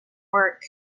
work